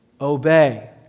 Obey